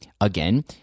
Again